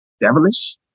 devilish